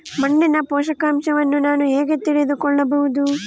ಮಣ್ಣಿನ ಪೋಷಕಾಂಶವನ್ನು ನಾನು ಹೇಗೆ ತಿಳಿದುಕೊಳ್ಳಬಹುದು?